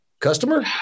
customer